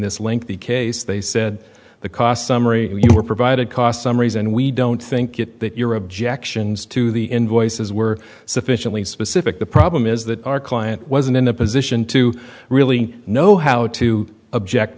this lengthy case they said the cost summary you were provided cost summaries and we don't think it that your objections to the invoices were sufficiently specific the problem is that our client wasn't in a position to really know how to object